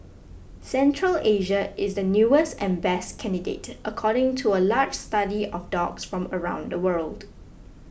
Central Asia is the newest and best candidate according to a large study of dogs from around the world